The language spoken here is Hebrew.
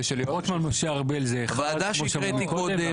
רוטמן ומשה ארבל זה אחד, כמו שאמרו מקודם.